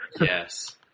Yes